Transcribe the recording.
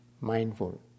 mindful